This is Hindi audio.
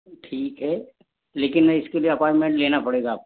ठीक है लेकिन इसके लिए अपॉइंटमेंट लेना पड़ेगा आपको